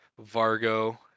Vargo